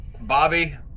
Bobby